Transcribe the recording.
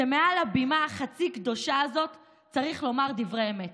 שמעל הבימה החצי-קדושה הזאת צריך לומר דברי אמת.